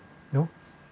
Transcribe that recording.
no